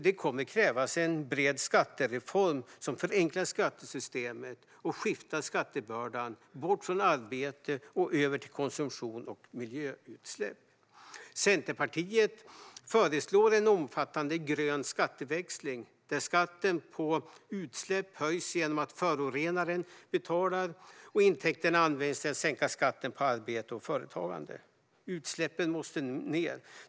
Det kommer att krävas en bred skattereform som förenklar skattesystemet och skiftar skattebördan bort från arbete och över till konsumtion och miljöutsläpp. Centerpartiet föreslår en omfattande grön skatteväxling där skatten på utsläpp höjs genom att förorenaren betalar och intäkterna används till att sänka skatten på arbete och företagande. Utsläppen måste ned.